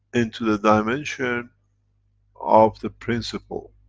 into the dimension of the principal.